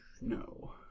No